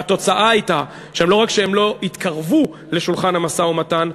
והתוצאה הייתה שלא רק שהם לא התקרבו לשולחן המשא-ומתן,